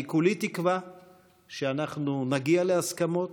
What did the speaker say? אני כולי תקווה שאנחנו נגיע להסכמות,